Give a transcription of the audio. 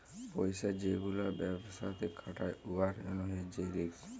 পইসা যে গুলা ব্যবসাতে খাটায় উয়ার জ্যনহে যে রিস্ক